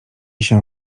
się